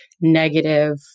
negative